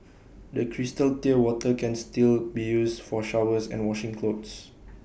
the crystal clear water can still be used for showers and washing clothes